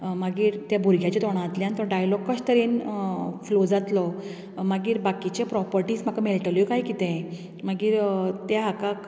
मागीर त्या भुरग्याच्या तोंडांतल्यान तो डायलॉग कशें तरेन फ्लो जातलो मागीर बाकीच्यो प्रॉपर्टीज म्हाका मेळटल्यो कांय कितें मागीर त्या हाका